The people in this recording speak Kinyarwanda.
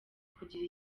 kugira